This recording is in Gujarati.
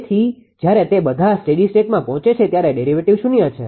તેથી જ્યારે તે બધા સ્ટેડી સ્ટેટમાં પહોંચે છે ત્યારે ડેરિવેટિવ શૂન્ય છે